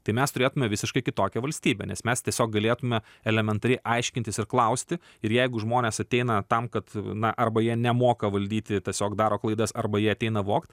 tai mes turėtume visiškai kitokią valstybę nes mes tiesiog galėtume elementariai aiškintis ir klausti ir jeigu žmonės ateina tam kad na arba jie nemoka valdyti tiesiog daro klaidas arba jie ateina vogt